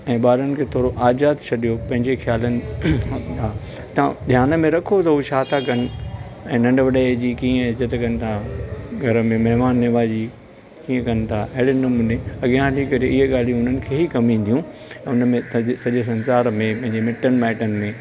ऐं ॿारनि खे थोरो आज़ादु छॾियो पंहिंजे ख़्यालियुनि खां तव्हां ध्यान में रखो त हू छा था कनि ऐं नंढे वॾे जी कीअं इज़त कनि था घर में महिमान नवाज़ी कीअं कनि था अहिड़े नमूने अॻियां हली करे इहे ॻाल्हियूं उन्हनि खे ई कमु ईदियूं उन में त सॼे संसार में पंहिंजे मिटनि माइटनि में